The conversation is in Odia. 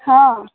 ହଁ